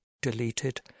deleted